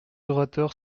orateurs